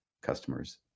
customers